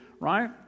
right